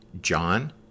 John